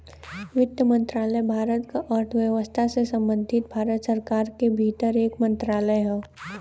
वित्त मंत्रालय भारत क अर्थव्यवस्था से संबंधित भारत सरकार के भीतर एक मंत्रालय हौ